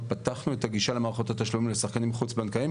פתחנו את הגישה למערכות התשלומים לשחקנים חוץ בנקאיים,